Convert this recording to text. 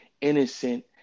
innocent